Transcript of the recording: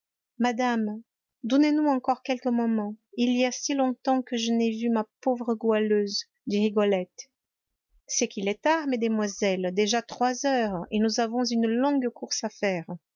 madame donnez-nous encore quelques moments il y a si longtemps que je n'ai vu ma pauvre goualeuse dit rigolette c'est qu'il est tard mesdemoiselles déjà trois heures et nous avons une longue course à faire